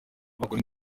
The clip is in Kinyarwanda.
bakora